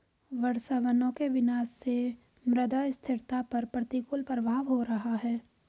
वर्षावनों के विनाश से मृदा स्थिरता पर प्रतिकूल प्रभाव हो रहा है